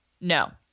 No